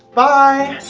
bye!